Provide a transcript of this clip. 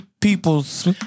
People's